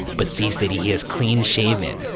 but sees that he he is clean shaven,